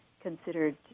considered